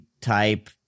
type